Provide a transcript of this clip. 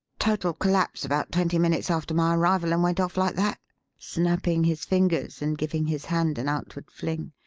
total collapse about twenty minutes after my arrival and went off like that snapping his fingers and giving his hand an outward fling.